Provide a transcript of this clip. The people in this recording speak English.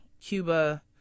Cuba